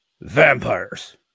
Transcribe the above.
Vampires